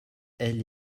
elle